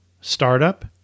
Startup